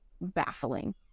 baffling